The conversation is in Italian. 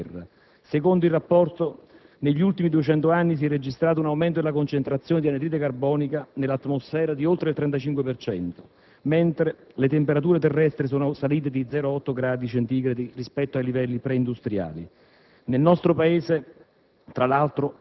uno dei gas maggiormente responsabili dell'effetto serra. Secondo il rapporto presentato dall'IPCC, negli ultimi 200 anni si è registrato un aumento della concentrazione di anidride carbonica nell'atmosfera di oltre il 35 per cento, mentre le temperature terrestri sono salite di circa 0,8 gradi centigradi, rispetto ai livelli preindustriali.